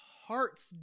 hearts